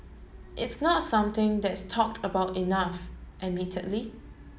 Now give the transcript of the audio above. it's not something that's talked about enough admittedly